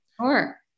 Sure